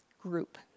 group